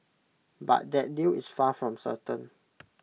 but that deal is far from certain